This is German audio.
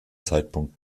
zeitpunkt